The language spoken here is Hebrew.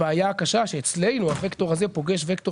הבעיה הקשה שאצלנו הווקטור הזה פוגש וקטור